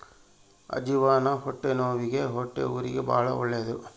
ಅಜ್ಜಿವಾನ ಹೊಟ್ಟೆನವ್ವಿಗೆ ಹೊಟ್ಟೆಹುರಿಗೆ ಬಾಳ ಒಳ್ಳೆದು